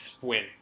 win